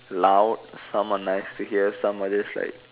loud some are nice to hear some are just like